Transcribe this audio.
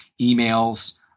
emails